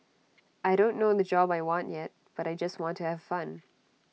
I don't know the job I want yet but I just want to have fun